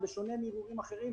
בשונה מערעורים אחרים,